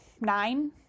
nine